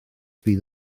bydd